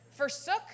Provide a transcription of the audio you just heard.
Forsook